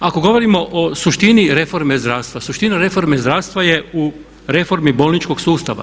Ako govorimo o suštini reforme zdravstva, suština reforme zdravstva je u reformi bolničkog sustava.